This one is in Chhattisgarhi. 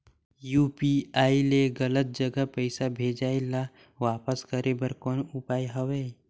यू.पी.आई ले गलत जगह पईसा भेजाय ल वापस करे बर कौन उपाय हवय?